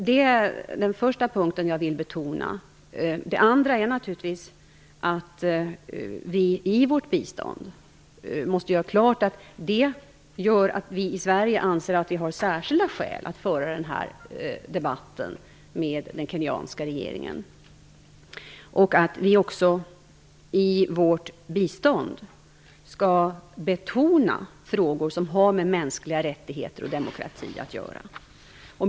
Det är den första punkten jag vill betona. Den andra är naturligtvis att vi i vårt bistånd måste göra klart att detta faktum gör att vi i Sverige anser att vi har särskilda skäl att föra den här debatten med den kenyanska regeringen. I vårt bistånd skall vi också betona frågor som har med mänskliga rättigheter och demokrati att göra.